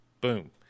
Boom